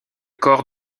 corps